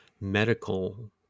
medical